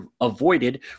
avoided